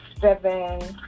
seven